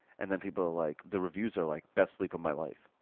and then people are like, the reviews are like, best sleep of my life.